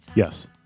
Yes